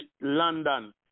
London